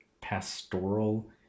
pastoral